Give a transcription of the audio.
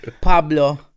Pablo